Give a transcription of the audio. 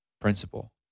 principle